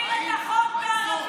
הוא מסביר את החוק בערבית.